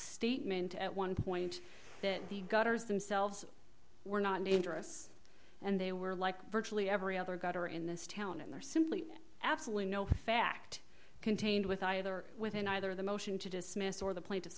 statement at one point that the gutters themselves were not dangerous and they were like virtually every other gutter in this town and there simply absolutely no fact contained with either within either the motion to dismiss or the plaint